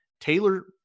Taylor